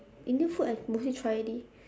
indian food I mostly try already